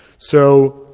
so,